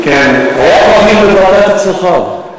או נעביר, אצלך.